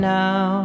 now